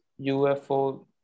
UFO